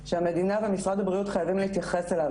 שהמדינה ומשרד הבריאות חייבים להתייחס אליו.